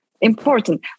important